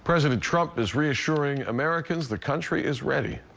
president trump is reassuring americans the country is ready.